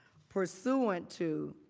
pursuant to